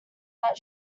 that